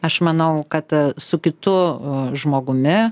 aš manau kad su kitu žmogumi